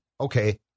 Okay